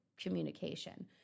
communication